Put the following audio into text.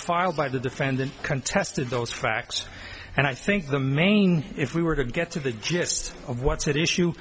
filed by the defendant contested those facts and i think the main if we were to get to the gist of what's at issue